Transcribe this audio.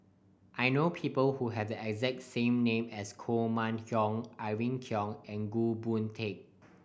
I know people who have the exact same name as Koh Mun Hong Irene Khong and Goh Boon Teck